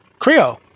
Creo